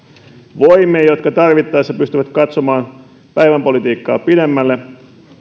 voimien jotka tarvittaessa pystyvät katsomaan päivänpolitiikkaa pidemmälle